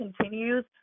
continues